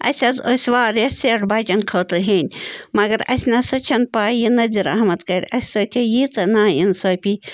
اَسہِ حظ ٲسۍ واریاہ سٮ۪ٹ بَچَن خٲطرٕ ہیٚنۍ مگر اَسہِ نَہ سا چھَنہٕ پَے یہِ نزیٖر احمد کَرِ اَسہِ سۭتۍ یہِ ییٖژاہ نا اِنصٲفی